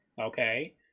Okay